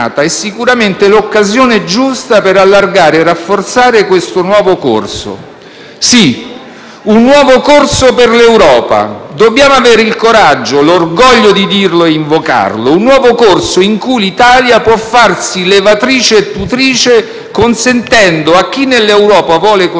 un nuovo corso per l'Europa. Dobbiamo avere il coraggio, l'orgoglio di dirlo e invocarlo; un nuovo corso in cui l'Italia può farsi levatrice e tutrice, consentendo a chi all'Europa vuole continuare a mantenere davvero fede, di tornare a credere allo spirito delle origini, agli ideali e ai capisaldi